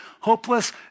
hopeless